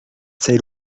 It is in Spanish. ser